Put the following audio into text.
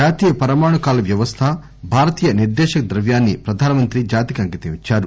జాతీయ పరమాణు కాల వ్యవస్థ భారతీయ నిర్దేశక్ ద్రవ్యాన్ని ప్రధానమంత్రి జాతికి అంకితం ఇచ్చారు